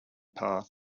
path